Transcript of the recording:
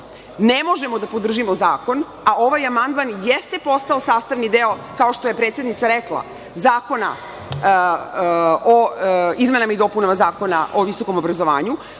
Ne možemo da podržimo zakon. Ovaj amandman jeste postao sastavni deo, kao što je predsednica rekla, zakona o izmenama i dopunama Zakona o visokom obrazovanju.